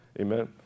Amen